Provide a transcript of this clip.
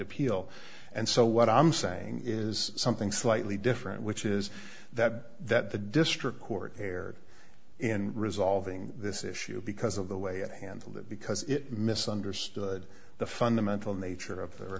appeal and so what i'm saying is something slightly different which is that that the district court erred in resolving this issue because of the way i handled it because it misunderstood the fundamental nature of the